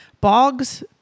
bogs